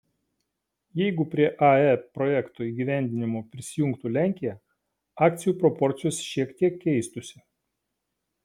jeigu prie ae projekto įgyvendinimo prisijungtų lenkija akcijų proporcijos šiek tiek keistųsi